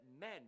men